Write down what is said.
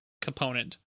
component